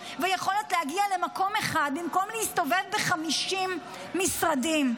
ויכולת להגיע למקום אחד במקום להסתובב ב-50 משרדים.